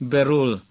Berul